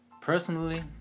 Personally